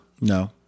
No